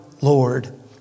Lord